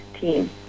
team